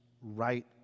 right